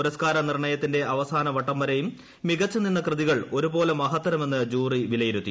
പുരസ്കാര നിർണ്ണയത്തിന്റെ അവസാന വട്ടം വരെയും മികച്ചു നിന്ന കൃതികൾ ഒരുപോലെ മഹത്തരമെന്ന് ജൂറി വിലയിരുത്തി